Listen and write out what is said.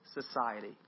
society